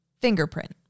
fingerprint